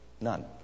None